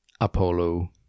Apollo